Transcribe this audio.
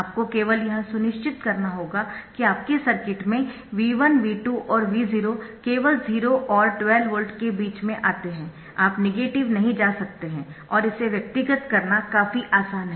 आपको केवल यह सुनिश्चित करना है कि आपके सर्किट में V1 V2 और V0 केवल 0 और 12 वोल्ट के बीच में आते है आप नेगेटिव नहीं जा सकते है और इसे व्यवस्थित करना काफी आसान है